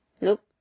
Nope